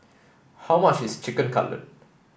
how much is Chicken Cutlet